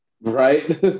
Right